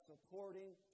supporting